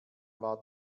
war